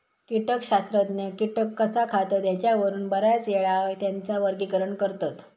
कीटकशास्त्रज्ञ कीटक कसा खातत ह्येच्यावरून बऱ्याचयेळा त्येंचा वर्गीकरण करतत